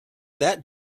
that